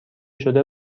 شده